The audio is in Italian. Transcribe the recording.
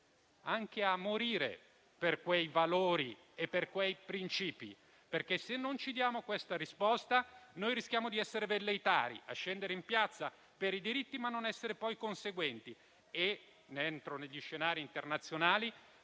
anche a morire per quei valori e per quei principi? Perché se non ci diamo questa risposta rischiamo di essere velleitari, a scendere in piazza per i diritti senza essere poi conseguenti, e dentro gli scenari internazionali